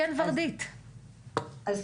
ורדית, בבקשה.